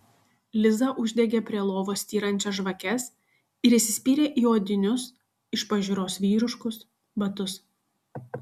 liza uždegė prie lovos styrančias žvakes ir įsispyrė į odinius iš pažiūros vyriškus batus